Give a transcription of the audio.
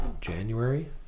January